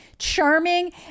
charming